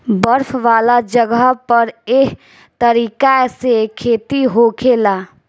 बर्फ वाला जगह पर एह तरीका से खेती होखेला